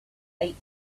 eight